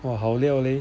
!wah! 好料 leh